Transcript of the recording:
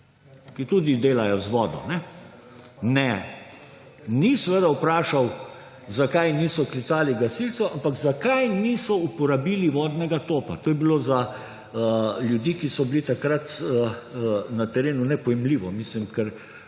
ki tudi delajo z vodo. Ne, ni seveda vprašal, zakaj niso klicali gasilcev, ampak zakaj niso uporabili vodnega topa. To je bilo za ljudi, ki so bili takrat na terenu nepojmljivo, ker